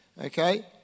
okay